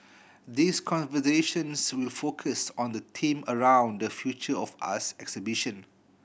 these conversations will focus on the theme around the Future of us exhibition